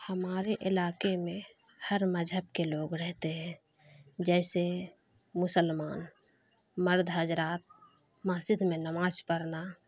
ہمارے علاقے میں ہر مذہب کے لوگ رہتے ہیں جیسے مسلمان مرد حضرات مسجد میں نماز پڑھنا